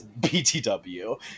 BTW